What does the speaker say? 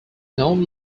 known